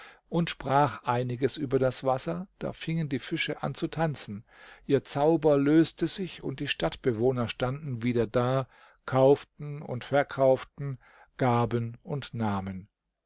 und sprach einiges über das wasser da fingen die fische an zu tanzen ihr zauber löste sich und die stadtbewohner standen wieder da kauften und verkauften gaben und nahmen